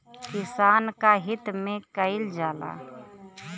किसान क हित में कईल जाला